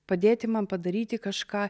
padėti man padaryti kažką